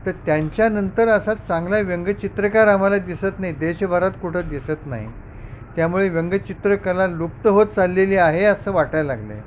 तर त्यांच्यानंतर असा चांगला व्यंगचित्रकार आम्हाला दिसत नाही देशभरात कुठं दिसत नाही त्यामुळे व्यंगचित्रकला लुप्त होत चाललेली आहे असं वाटाय लागलं आहे